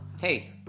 hey